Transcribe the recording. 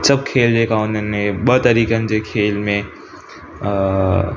सभु खेल जेका हुनमें ॿ तरीकनि जे खेल में अ